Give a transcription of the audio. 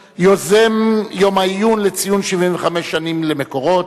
ואכן יפוצל חוק הפצת שידורים באמצעות תחנות שידור ספרתיות,